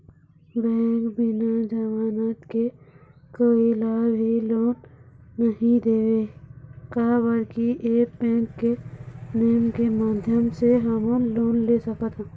Bank बिना जमानत के कोई ला भी लोन नहीं देवे का बर की ऐप बैंक के नेम के माध्यम से हमन लोन ले सकथन?